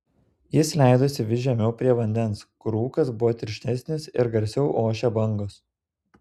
jis leidosi vis žemiau prie vandens kur rūkas buvo tirštesnis ir garsiau ošė bangos